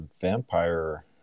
vampire